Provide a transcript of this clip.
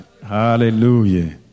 Hallelujah